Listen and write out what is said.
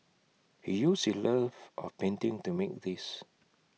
he used his love of painting to make these